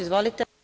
Izvolite.